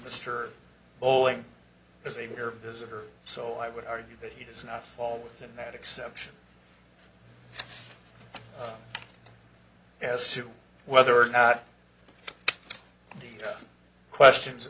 mr bowling is a mere visitor so i would argue that he does not fall within that exception as to whether or not the questions